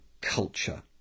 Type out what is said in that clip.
culture